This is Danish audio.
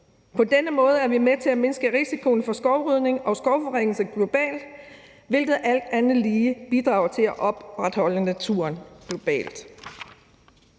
På denne måde er vi med til at mindske risikoen for skovrydning og skovforringelse globalt, hvilket alt andet lige bidrager til at opretholde naturen globalt.